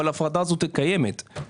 אבל ההפרדה הזאת קיימת,